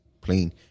playing